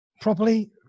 properly